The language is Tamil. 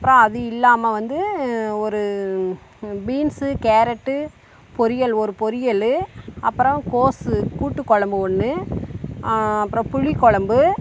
அப்புறோம் அது இல்லாமல் வந்து ஒரு பீன்ஸு கேரட்டு பொரியல் ஒரு பொரியல் அப்புறோம் கோஸு கூட்டு குழம்பு ஒன்று அப்புறோம் புளிக்குழம்பு